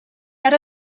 ara